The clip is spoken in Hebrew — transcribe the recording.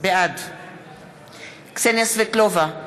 בעד קסניה סבטלובה,